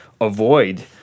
avoid